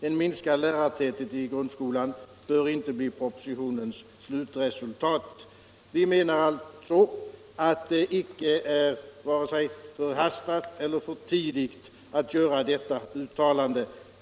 En minskande lärartäthet i grundskolan bör inte bli propositionens slutresultat. Vi menar alltså att det icke är vare sig förhastat eller för tidigt att göra detta uttalande.